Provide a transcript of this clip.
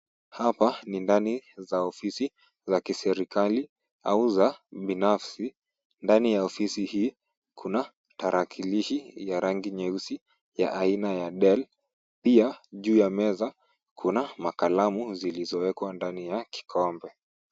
Hapa ni ndani za ofisi za kiserikali au za binafsi. Ndani ya ofisi hii kuna tarakilishi ya rangi nyeusi ya aina ya Dell. Pia juu ya meza kuna makalamu zilizowekwa ndani ya kikombe.